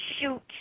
shoot